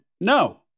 no